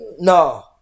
No